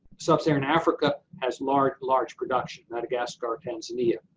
sub-saharan africa has large, large production, madagascar, tanzania,